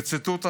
וציטוט האחרון,